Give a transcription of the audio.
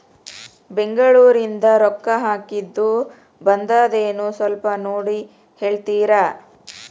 ಬೆಂಗ್ಳೂರಿಂದ ರೊಕ್ಕ ಹಾಕ್ಕಿದ್ದು ಬಂದದೇನೊ ಸ್ವಲ್ಪ ನೋಡಿ ಹೇಳ್ತೇರ?